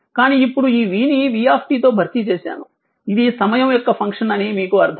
కానీ ఇప్పుడు ఈ v ని v తో భర్తీ చేశాను ఇది సమయం యొక్క ఫంక్షన్ అని మీకు అర్థమవుతుంది